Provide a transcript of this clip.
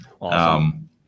Awesome